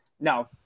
No